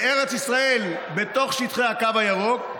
לארץ ישראל, בתוך שטחי הקו הירוק,